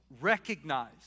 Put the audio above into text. Recognize